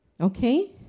okay